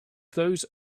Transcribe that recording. those